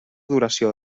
duració